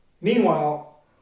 Meanwhile